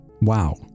wow